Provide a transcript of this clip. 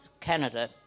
Canada